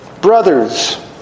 Brothers